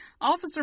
Officer